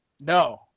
No